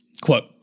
Quote